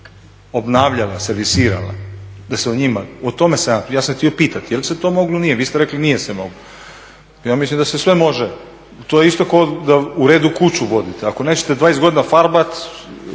obnavljala, servisirala, da se o njima, o tome sam ja, ja sam htio pitati je li se to moglo, nije, vi ste rekli nije se moglo. Ja mislim da se sve može. To je isto kao da u redu kuću vodite, ako nećete 20 godina farbati